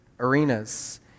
arenas